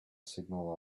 signal